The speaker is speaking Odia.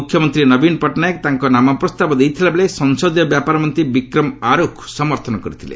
ମୁଖ୍ୟମନ୍ତ୍ରୀ ନବୀନ ପଟ୍ଟନାୟକ ତାଙ୍କ ନାମ ପ୍ରସ୍ତାବ ଦେଇଥିଲାବେଳେ ସଂସଦୀୟ ବ୍ୟାପାର ମନ୍ତ୍ରୀ ବିକ୍ତମ ଆର୍ରଖ୍ ସମର୍ଥନ କରିଥିଲେ